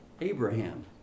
Abraham